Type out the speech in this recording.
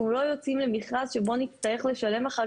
אנחנו לא יוצאים למכרז שבו נצטרך לשלם אחר